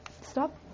stop